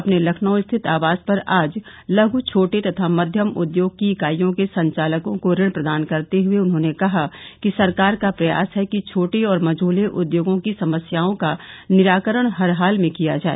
अपने लखनऊ स्थित आवास पर आज लघु छोटे तथा मध्यम उद्योग की इकाइयों के संचालकों को ऋण प्रदान करते हुये उन्होंने कहा कि सरकार का प्रयास है कि छोट और मझोले उद्योगों के समस्याओं का निराकरण हर हाल में किया जाय